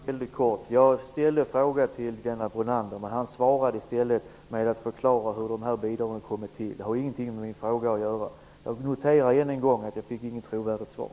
Herr talman! Jag ställde en fråga till Lennart Brunander. Han svarade med att förklara hur de här bidragen har kommit till. Det har ingenting med min fråga att göra. Jag noterar än en gång att jag inte fick något trovärdigt svar.